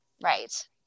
Right